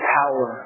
power